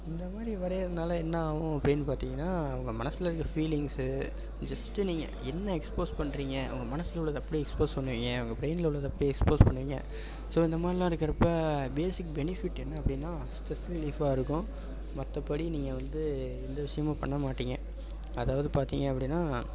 இந்த மாதிரி வரைகிறதுனால என்ன ஆகும் அப்படின்னு பார்த்தீங்கன்னா உங்கள் மனசில் இருக்கிற ஃபீலிங்ஸு ஜஸ்ட்டு நீங்கள் என்ன எக்ஸ்போஸ் பண்ணுறீங்க உங்கள் மனசில் உள்ளதை அப்படியே எக்ஸ்போஸ் பண்ணுவீங்க உங்கள் ப்ரெயினில் உள்ளதை அப்படியே எக்ஸ்போஸ் பண்ணுவீங்க ஸோ இந்த மாதிரி எல்லாம் இருக்கிறப்ப பேசிக் பெனிஃபிட் என்ன அப்படின்னா ஸ்ட்ரெஸ் ரிலீஃபாக இருக்கும் மற்றபடி நீங்கள் வந்து எந்த விஷயமும் பண்ண மாட்டீங்க அதாவது பார்த்தீங்க அப்படின்னா